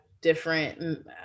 different